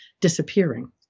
disappearing